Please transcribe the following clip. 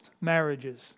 marriages